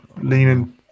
leaning